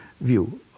view